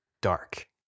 dark